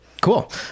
Cool